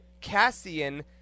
Cassian